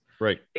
Right